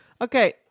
Okay